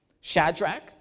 Shadrach